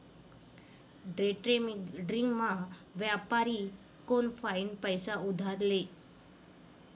डेट्रेडिंगमा व्यापारी कोनफाईन पैसा उधार ले